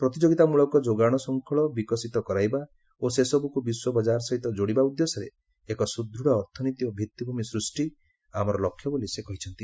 ପ୍ରତିଯୋଗିତାମୂଳକ ଯୋଗାଣ ଶ୍ଚଙ୍ଖଳ ବିକଶିତ କରାଇବା ଓ ସେସବୁକୁ ବିଶ୍ୱ ବଜାର ସହିତ ଯୋଡିବା ଉଦ୍ଦେଶ୍ୟରେ ଏକ ସ୍ବଦୂତ ଅର୍ଥନୀତି ଓ ଭିତ୍ତିଭୂମି ସୃଷ୍ଟି ଆମର ଲକ୍ଷ୍ୟ ବୋଲି ସେ କହିଛନ୍ତି